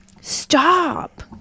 stop